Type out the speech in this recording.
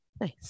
nice